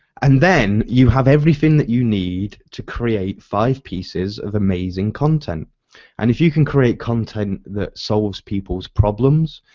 and then you have everything that you need to create five pieces of amazing content and if you can create content that solves people's problems,